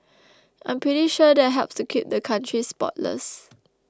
I'm pretty sure that helps to keep the country spotless